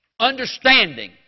understanding